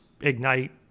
ignite